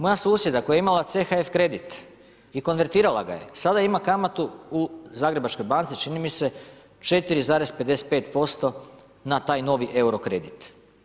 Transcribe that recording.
Moja susjeda koja je imala CHF kredit i konvertirala ga je sada ima kamatu u Zagrebačkoj banci čini mi se 4,35% na taj novi euro kredit.